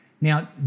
Now